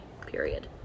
Period